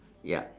ya